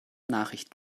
nachricht